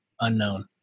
unknown